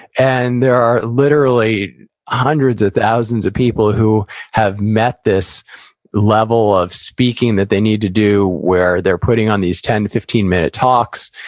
and there are literally hundreds of thousands of people who have met this level of speaking that they need to do, where, they're putting on these ten to fifteen minute talks,